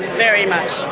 very much.